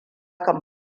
kan